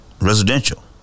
residential